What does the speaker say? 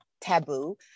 taboo